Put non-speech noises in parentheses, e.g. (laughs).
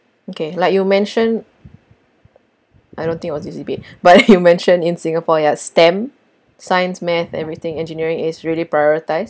okay like you mentioned I don't think was this debate (breath) but you (laughs) mentioned in singapore ya STEM science math everything engineering is really prioritised